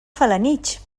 felanitx